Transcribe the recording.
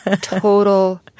total